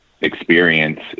experience